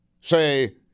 say